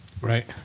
Right